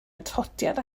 atodiad